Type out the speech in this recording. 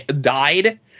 died